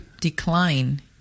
decline